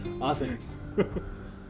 Awesome